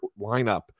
lineup